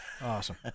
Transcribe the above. Awesome